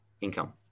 income